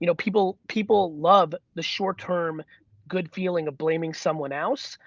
you know people people love the short term good feeling of blaming someone else,